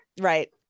right